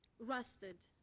rusted,